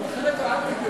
על החלק האנטי-דמוקרטי.